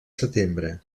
setembre